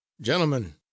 Gentlemen